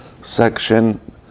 section